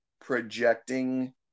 projecting